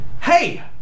Hey